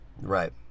Right